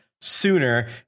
sooner